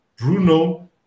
Bruno